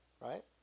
Right